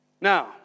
Now